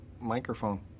Microphone